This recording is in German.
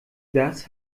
das